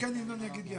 אני כבר לא אבין.